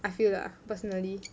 I feel lah personally